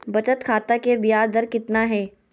बचत खाता के बियाज दर कितना है?